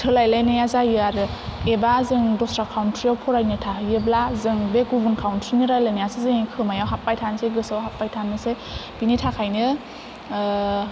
सोलायलायनाया जायो आरो एबा जों दस्रा कानथ्रियाव फरायनो थाहैयोब्ला जों बे गुबुन कानथ्रिनि रायलायनायासो जोंनि खोमायाव हाबबाय थानसै गोसोयाव हाबबाय थानोसै बेनि थाखायनो